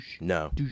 No